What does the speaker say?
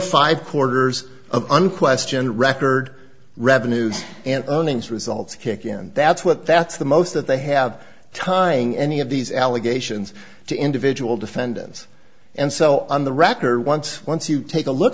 ive quarters of unquestioned record revenues and earnings results kick in that's what that's the most that they have timing any of these allegations to individual defendants and so on the rocker once once you take a look